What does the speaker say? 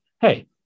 hey